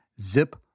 Zip